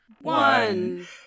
one